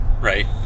right